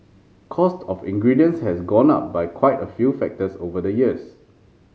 cost of ingredients has gone up by quite a few factors over the years